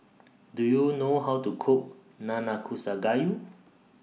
Do YOU know How to Cook Nanakusa Gayu